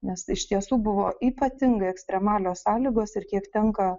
nes iš tiesų buvo ypatingai ekstremalios sąlygos ir kiek tenka